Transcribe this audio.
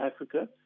Africa